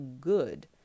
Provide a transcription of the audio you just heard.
good